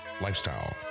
lifestyle